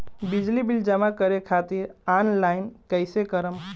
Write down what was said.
बिजली बिल जमा करे खातिर आनलाइन कइसे करम?